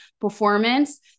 performance